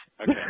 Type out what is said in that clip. Okay